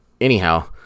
anyhow